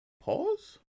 Pause